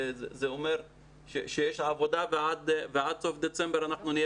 זה אומר שיש עבודה ועד סוף דצמבר אנחנו נהיה